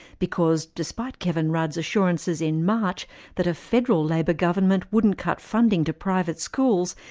because despite kevin rudd's assurances in march that a federal labor government wouldn't cut funding to private schools,